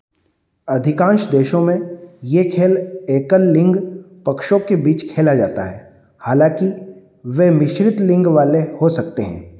अधिकांश देशों में यह खेल एकल लिंग पक्षों के बीच खेला जाता है हालाँकि वे मिश्रित लिंग वाले हो सकते हैं